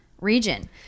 region